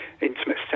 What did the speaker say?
intimate